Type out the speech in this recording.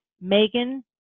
Megan